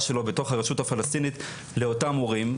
שלו בתוך הרשות הפלסטינית לאותם מורים.